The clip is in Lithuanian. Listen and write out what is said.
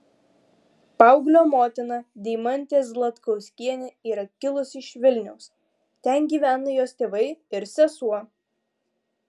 paauglio motina deimantė zlatkauskienė yra kilusi iš vilniaus ten gyvena jos tėvai ir sesuo